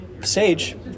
Sage